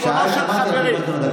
על חשבונו של חברי,